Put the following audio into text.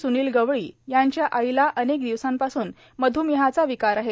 स्निल गवळी यांच्या आईला अनेक दिवसापासून मध्मेहाचा विकार आहे